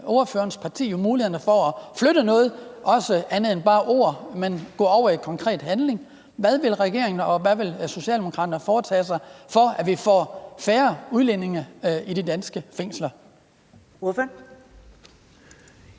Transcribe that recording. ordførerens parti jo mulighed for at flytte noget og ikke bare i ord, men i konkret handling. Hvad vil regeringen og hvad vil Socialdemokraterne foretage sig, for at vi får færre udlændinge i de danske fængsler? Kl.